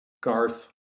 Garth